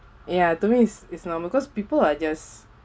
ya to me is is normal cause people are just